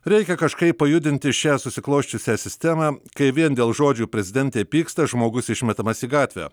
reikia kažkaip pajudinti šią susiklosčiusią sistemą kai vien dėl žodžių prezidentė pyksta žmogus išmetamas į gatvę